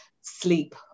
sleep